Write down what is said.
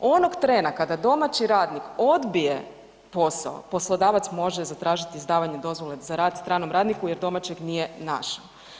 Onog trena kada domaći radnik odbije posao poslodavac može zatražiti izdavanje dozvole za rad stranom radniku jer domaćeg nije našao.